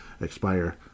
expire